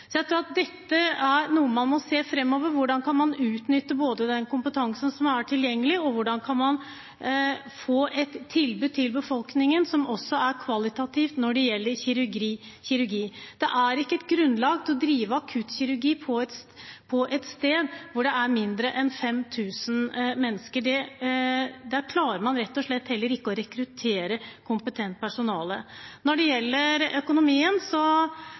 Så jeg tror at dette er noe man må se på framover, hvordan man kan utnytte den kompetansen som er tilgjengelig, og hvordan man får et tilbud til befolkningen som også er kvalitativt når det gjelder kirurgi. Det er ikke grunnlag for å drive akuttkirurgi på et sted hvor det er færre enn 5 000 mennesker. Der klarer man rett og slett heller ikke å rekruttere kompetent personale. Når det gjelder økonomien,